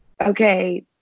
okay